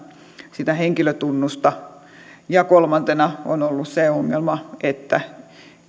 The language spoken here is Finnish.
henkilötunnusta kolmantena on ollut se ongelma että